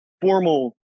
formal